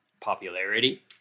popularity